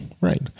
Right